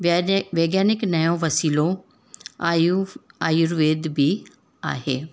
वैदे वैज्ञानिक नओं वसीलो आयु आयुर्वेद बि आहे